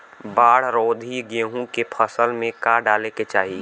बाढ़ रोधी गेहूँ के फसल में का डाले के चाही?